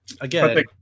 Again